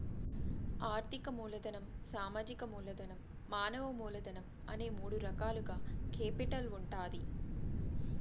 ఆర్థిక మూలధనం, సామాజిక మూలధనం, మానవ మూలధనం అనే మూడు రకాలుగా కేపిటల్ ఉంటాది